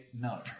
no